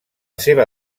seva